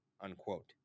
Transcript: unquote